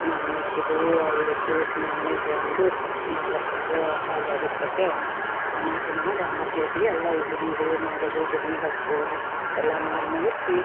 ನವಣಕ್ಕಿದು ಅರ್ಳಿಟ್ಟು ನವಣಕ್ಕಿಯಂದು ನಾಗಪ್ಪಗೆ ಹಾಲು ಎರಿತಕ ಅಮಾಸಿ ಮಾಡಿ ಅಮಾಸಿ ಅಟ್ಗೆ ಎಲ್ಲ ಹುರಿದು ಮಾಡೋದು ಗಿರ್ಣಿಗೆ ಹಾಕಿಸ್ಕೊಳ್ಳೋದು ಎಲ್ಲ ಮಾಡಿ ಮುಗಿಸಿ